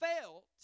felt